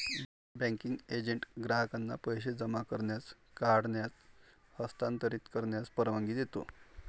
banking agent ग्राहकांना पैसे जमा करण्यास, काढण्यास, हस्तांतरित करण्यास परवानगी देतो